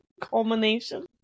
Culmination